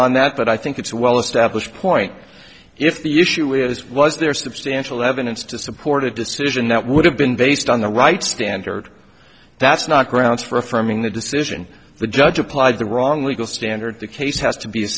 on that but i think it's well established point if the issue is was there substantial evidence to support a decision that would have been based on the right standard that's not grounds for affirming the decision the judge applied the wrong legal standard the case has to be